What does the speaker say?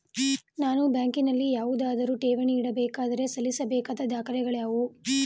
ನಾನು ಬ್ಯಾಂಕಿನಲ್ಲಿ ಯಾವುದಾದರು ಠೇವಣಿ ಇಡಬೇಕಾದರೆ ಸಲ್ಲಿಸಬೇಕಾದ ದಾಖಲೆಗಳಾವವು?